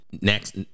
next